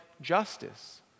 justice